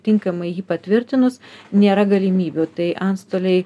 tinkamai jį patvirtinus nėra galimybių tai antstoliai